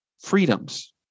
freedoms